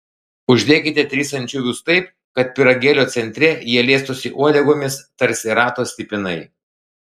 uždėkite tris ančiuvius taip kad pyragėlio centre jie liestųsi uodegomis tarsi rato stipinai